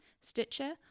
Stitcher